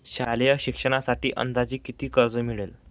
शालेय शिक्षणासाठी अंदाजे किती कर्ज मिळेल?